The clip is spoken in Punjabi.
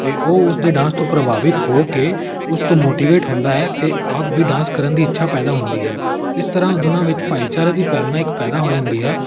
ਅਤੇ ਉਹ ਉਸਦੇ ਡਾਂਸ ਤੋਂ ਪ੍ਰਭਾਵਿਤ ਹੋ ਕੇ ਉਸ ਤੋਂ ਮੋਟੀਵੇਟ ਹੁੰਦਾ ਹੈ ਅਤੇ ਆਪ ਵੀ ਡਾਂਸ ਕਰਨ ਦੀ ਇੱਛਾ ਪੈਦਾ ਹੁੰਦੀ ਹੈ ਇਸ ਤਰ੍ਹਾਂ ਦੋਨਾਂ ਵਿੱਚ ਭਾਈਚਾਰੇ ਦੀ ਭਾਵਨਾ ਇੱਕ ਪੈਦਾ ਹੋ ਜਾਂਦੀ ਹੈ